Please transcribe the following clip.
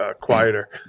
quieter